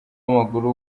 w’amaguru